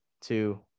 two